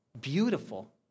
Beautiful